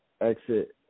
exit